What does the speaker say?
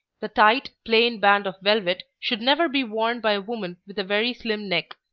the tight, plain band of velvet should never be worn by a woman with a very slim neck,